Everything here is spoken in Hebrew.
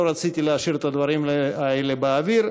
לא רציתי להשאיר את הדברים האלה באוויר.